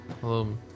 Hello